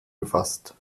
befasst